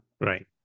Right